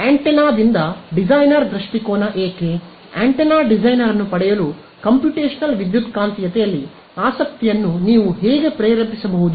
ಆದ್ದರಿಂದ ಆಂಟೆನಾದಿಂದ ಡಿಸೈನರ್ ದೃಷ್ಟಿಕೋನ ಏಕೆ ಆಂಟೆನಾ ಡಿಸೈನರ್ ಅನ್ನು ಪಡೆಯಲು ಕಂಪ್ಯೂಟೇಶನಲ್ ವಿದ್ಯುತ್ಕಾಂತೀಯತೆಯಲ್ಲಿ ಆಸಕ್ತಿಯನ್ನು ನೀವು ಹೇಗೆ ಪ್ರೇರೇಪಿಸಬಹುದು